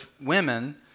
women